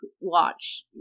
watch